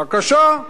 בבקשה.